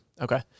okay